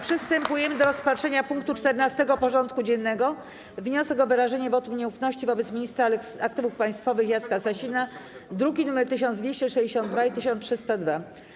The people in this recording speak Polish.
Przystępujemy do rozpatrzenia punktu 14. porządku dziennego: Wniosek o wyrażenie wotum nieufności wobec Ministra Aktywów Państwowych - Jacka Sasina (druki nr 1262 i 1302)